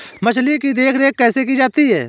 मछली की देखरेख कैसे की जाती है?